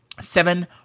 Seven